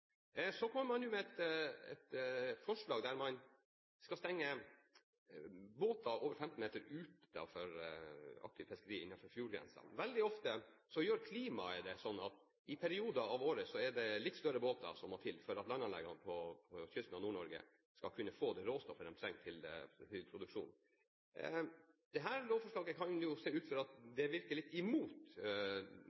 Så kommer man nå med et forslag om å stenge båter over 15 meter ute fra aktivt fiskeri innenfor fjordlinja. Veldig ofte gjør klimaet det slik at i perioder av året må det litt større båter til for at landanleggene på kysten av Nord-Norge skal kunne få det råstoffet de trenger til produksjon. Det kan se ut til at dette lovforslaget virker litt imot formålet statsråden har hatt med sin ferskfiskstrategi, for her kan vi jo risikere at